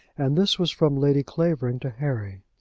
and this was from lady clavering to harry.